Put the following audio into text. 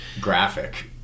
graphic